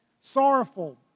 Sorrowful